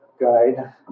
guide